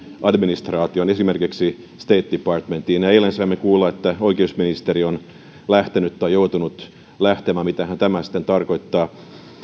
administraation esimerkiksi state departmentiin eilen saimme kuulla että oikeusministeri on lähtenyt tai joutunut lähtemään mitähän tämä sitten tarkoittaa